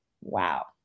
wow